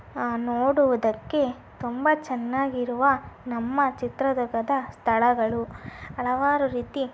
ನೋಡುವುದಕ್ಕೆ ತುಂಬ ಚೆನ್ನಾಗಿರುವ ನಮ್ಮ ಚಿತ್ರದುರ್ಗದ ಸ್ಥಳಗಳು ಹಲವಾರು ರೀತಿ